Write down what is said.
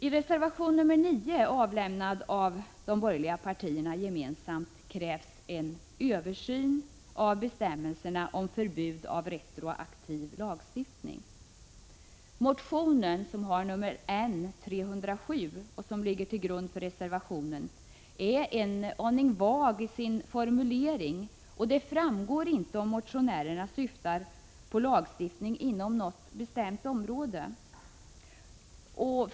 I reservation 9, avlämnad av de borgerliga partierna gemensamt, krävs en översyn av bestämmelserna om förbud mot retroaktiv lagstiftning. Motion N307, som ligger till grund för reservationen, är en aning vag i sina formuleringar. Det framgår inte om motionärerna syftar på lagstiftning inom något bestämt område.